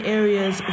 areas